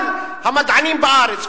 כל המדענים בארץ,